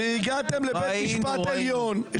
-- שהגעתם לבית משפט עליון.